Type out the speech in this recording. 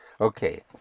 Okay